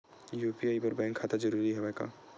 UPI बर bank खाता जरूरी हवय का?